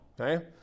Okay